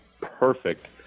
perfect